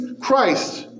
Christ